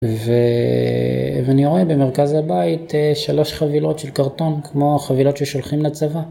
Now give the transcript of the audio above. ו... ואני רואה במרכז הבית שלוש חבילות של קרטון, כמו החבילות ששולחים לצבא.